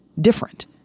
different